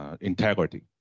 integrity